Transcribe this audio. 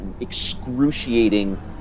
excruciating